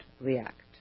react